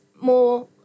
more